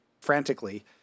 frantically